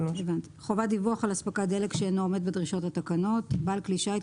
62.חובת דיווח על אספקת דלק שאינו עומד בדרישות התקנות בעל כלי שיט,